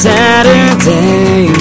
Saturday